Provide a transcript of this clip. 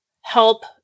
help